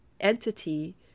entity